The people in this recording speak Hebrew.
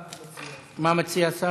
מה מציע השר?